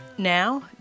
Now